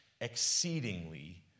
exceedingly